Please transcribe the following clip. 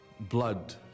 blood